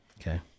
Okay